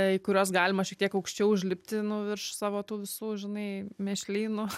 į kuriuos galima šiek tiek aukščiau užlipti nu virš savo tų visų žinai mėšlynų